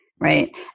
right